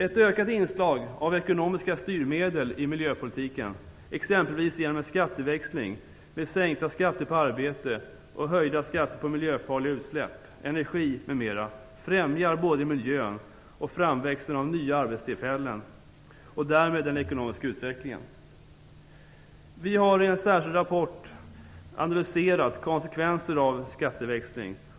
Ett ökat inslag av ekonomiska styrmedel i miljöpolitiken, t.ex. genom en skatteväxling med sänkta skatter på arbete och höjda skatter på miljöfarliga utsläpp, energi m.m., främjar både miljön och framväxten av nya arbetstillfällen och därmed den ekonomiska utvecklingen. Vi har i en särskild rapport analyserat konsekvenserna av skatteväxling.